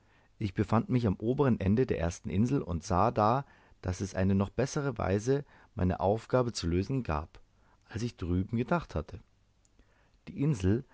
ich befand mich am oberen ende der ersten insel und sah da daß es eine noch bessere weise meine aufgabe zu lösen gab als ich drüben gedacht hatte die insel